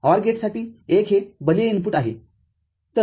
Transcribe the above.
OR गेटसाठी१ हे बलीय इनपुटआहे